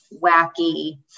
wacky